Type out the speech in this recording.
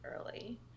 early